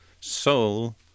Soul